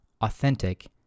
authentic